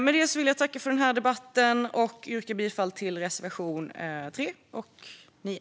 Med detta vill jag tacka för debatten och yrka bifall till reservationerna 3 och 9.